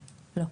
לא.